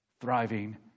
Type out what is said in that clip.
thriving